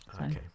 Okay